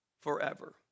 forever